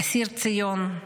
אסיר ציון,